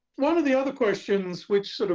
one of the other questions which, sort of